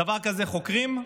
דבר כזה חוקרים,